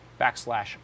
backslash